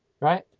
right